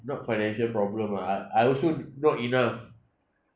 not financial problem lah I I also not enough